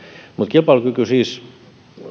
kilpailukyky